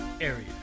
area